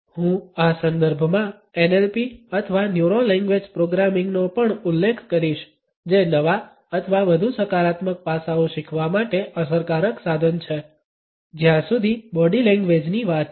હું આ સંદર્ભમાં NLP અથવા ન્યુરો લેંગવેજ પ્રોગ્રામિંગ નો પણ ઉલ્લેખ કરીશ જે નવા અથવા વધુ સકારાત્મક પાસાઓ શીખવા માટે અસરકારક સાધન છે જ્યાં સુધી બોડી લેંગ્વેજની વાત છે